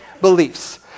beliefs